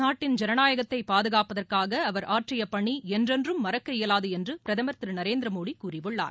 நாட்டின் ஜனநாயகத்தை பாதுகாப்பதற்காக அவர் ஆற்றிய பணி என்றென்றும் மறக்க இயலாது என்று பிரதமர் திரு நரேந்திரமோடி கூறியுள்ளார்